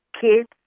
Kids